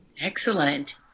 Excellent